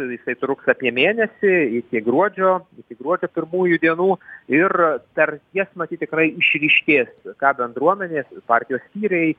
jisai truks apie mėnesį iki gruodžio iki gruodžio pirmųjų dienų ir per jas matyt tikrai išryškės ką bendruomenės partijos skyriai